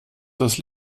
das